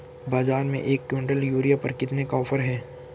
बाज़ार में एक किवंटल यूरिया पर कितने का ऑफ़र है?